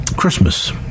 christmas